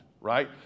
right